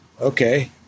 Okay